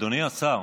אדוני השר,